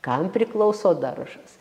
kam priklauso daržas